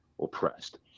oppressed